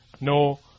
no